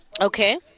Okay